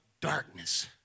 darkness